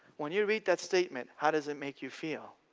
when you read that statement how does it make you feel?